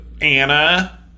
Anna